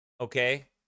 okay